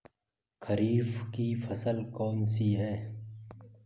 खरीफ की फसल कौन सी है?